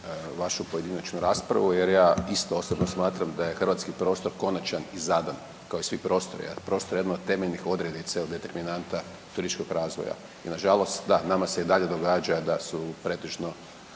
vašu pojedinačnu raspravu jer ja isto osobno smatram da je hrvatski prostor konačan i zadan kao i svi prostori. A prostor je jedan od temeljnih odrednica ili determinanta turističkog razvoja i na žalost da nama se i dalje događa da su pretežno